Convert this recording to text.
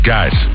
Guys